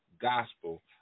gospel